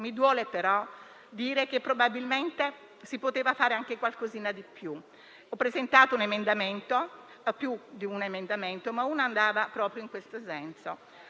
Mi duole, però, dire che probabilmente si poteva fare anche qualcosa di più. Ho presentato più di un emendamento: uno, però, andava proprio in questo senso.